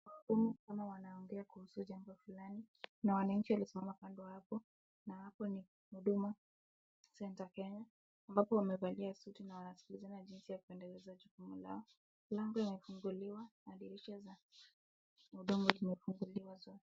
Wahudumu kama wanaongea kuhusu jambo fulani, na wananchi wamesimama kando hapo, na hapo ni huduma centre Kenya, ambapo wamevalia suti na wanasikilizana jinsi ya kuendelesha juhudi zao, mlango imefunguliwa na dirisha zimefunguliwa zote.